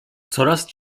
coraz